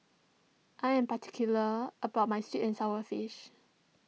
I am particular about my Sweet and Sour Fish